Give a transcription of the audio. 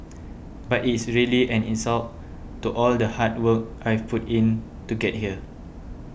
but it is really an insult to all the hard work I've put in to get here